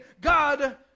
God